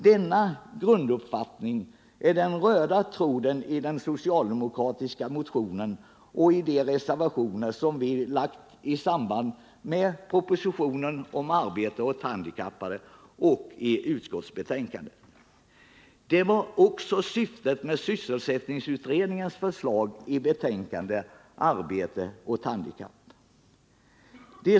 Denna grunduppfattning är den röda tråden i den socialdemokratiska motionen och i våra reservationer med anledning av propositionen resp. utskottsbetänkandet. Det var också syftet med sysselsättningsutredningens förslag i betänkandet Arbete åt handikappade.